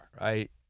right